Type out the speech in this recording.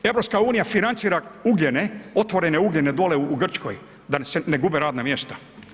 EU financira ugljene, otvorene ugljene dole u Grčkoj da se ne gube radna mjesta.